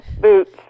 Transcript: boots